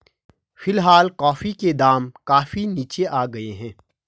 फिलहाल कॉफी के दाम काफी नीचे आ गए हैं